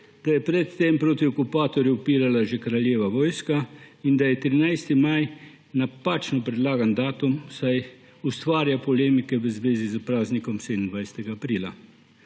se je pred tem proti okupatorju upirala že kraljeva vojska in da je 13. maj napačno predlagan datum, saj ustvarja polemike v zvezi s praznikom 27. aprila.